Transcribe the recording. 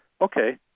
Okay